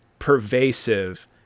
pervasive